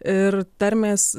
ir tarmės